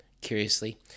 Curiously